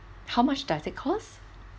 how much does it cost